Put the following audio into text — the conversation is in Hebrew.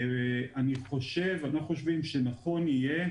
אנחנו חושבים שנכון יהיה